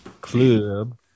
Club